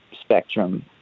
spectrum